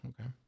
okay